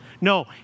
No